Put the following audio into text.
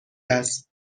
است